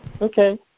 Okay